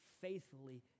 faithfully